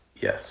Yes